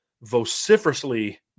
vociferously